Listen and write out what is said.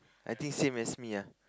I think same as me ah